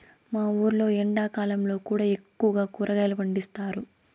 మా ఊర్లో ఎండాకాలంలో కూడా ఎక్కువగా కూరగాయలు పండిస్తారు